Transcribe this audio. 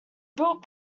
built